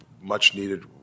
much-needed